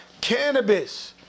Cannabis